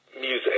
music